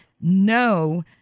no